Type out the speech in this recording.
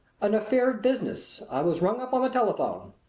an affair of business i was rung up on the telephone.